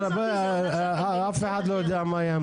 זו